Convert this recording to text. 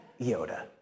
Yoda